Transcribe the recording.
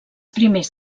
primers